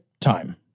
time